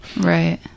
Right